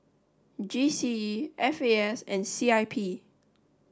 G C E F A S and C I P